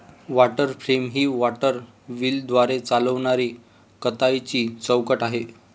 water frame ही water व्हीलद्वारे चालविणारी कताईची चौकट आहे